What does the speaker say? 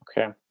okay